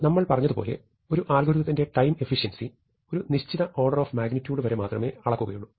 നമ്മൾ പറഞ്ഞതുപോലെ ഒരു അൽഗോരിത ത്തിന്റെ ടൈം എഫിഷ്യൻസി ഒരു നിശ്ചിത ഓർഡർ ഓഫ് മാഗ്നിറ്റിയൂഡ് വരെ മാത്രമേ അളക്കുകയുള്ളൂ